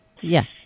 Yes